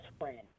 friend